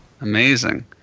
amazing